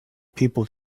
people